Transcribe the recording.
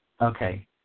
Okay